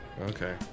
Okay